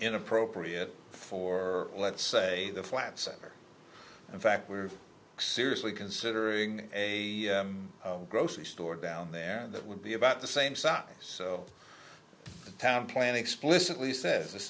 inappropriate for let's say the flats are in fact we're seriously considering a grocery store down there and that would be about the same size so the town plan explicitly says this